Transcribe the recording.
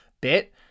bit